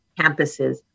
campuses